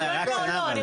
אז